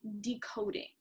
decoding